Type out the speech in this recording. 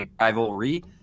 rivalry